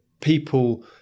people